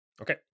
Okay